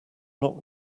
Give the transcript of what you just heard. not